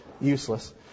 useless